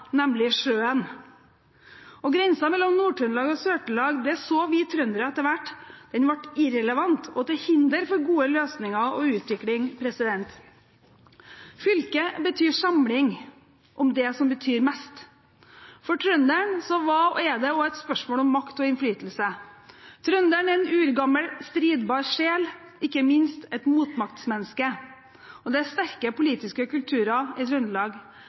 nemlig sjøen. Grensen mellom Nord-Trøndelag og Sør-Trøndelag så vi trøndere etter hvert ble irrelevant og til hinder for gode løsninger og utvikling. Fylke betyr samling – om det som betyr mest. For trønderen var og er det også et spørsmål om makt og innflytelse. Trønderen er en urgammel stridbar sjel, ikke minst et motmaktmenneske. Det er sterke politiske kulturer i